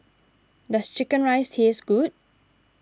does Chicken Rice taste good